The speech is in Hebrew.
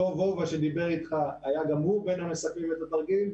אותו ווה שדיבר איתך היה גם הוא בין המסכמים את התרגיל,